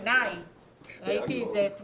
אני אצביע בעד